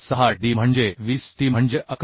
606d म्हणजे 20t म्हणजे 11